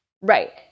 Right